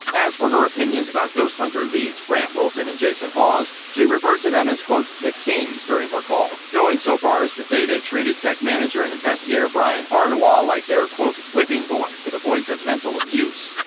as for her opinion about ghost hunters leads, grant wilson and jason hawes, she referred to them as, quote, the kings during her call, going so far as to say they treated tech manager and investigator brian harnois like their, quote, whipping boy to the point of mental abuse.